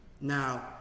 Now